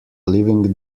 living